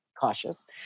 cautious